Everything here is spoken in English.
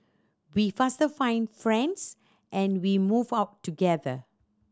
we faster find friends and we move out together